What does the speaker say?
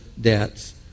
debts